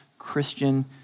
Christian